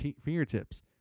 fingertips